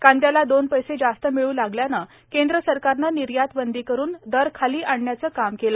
कांद्याला दोन पैसे जास्त मिळू लागल्याने केंद्र सरकारने निर्यात बंदी करून दर खाली आणण्याचे काम केले